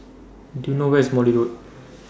Do YOU know Where IS Morley Road